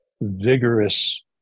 vigorous